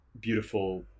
beautiful